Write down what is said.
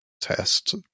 test